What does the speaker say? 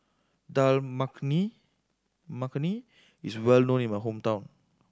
Dal Makhani Makhani is well known in my hometown